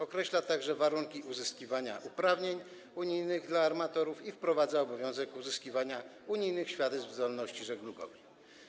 Określa także warunki uzyskiwania uprawnień unijnych dla armatorów i wprowadza obowiązek uzyskiwania unijnych świadectw zdolności żeglugowej.